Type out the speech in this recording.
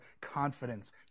confidence